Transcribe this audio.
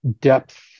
depth